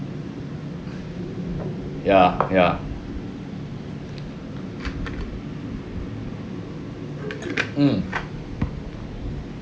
ya ya mm